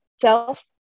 self